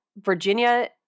Virginia